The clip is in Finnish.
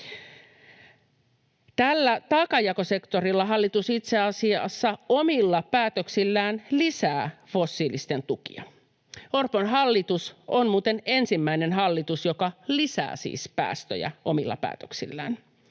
Tällä taakanjakosektorilla hallitus itse asiassa omilla päätöksillään lisää fossiilisten tukia. Orpon hallitus on muuten ensimmäinen hallitus, joka lisää siis päästöjä omilla päätöksillään.